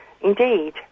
Indeed